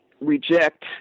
reject